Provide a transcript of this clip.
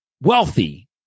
wealthy